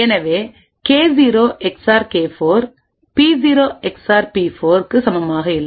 எனவே கே0 எக்ஸ்ஆர் கே4 பி0 எக்ஸ்ஆர் பி4 க்கு சமமாக இல்லை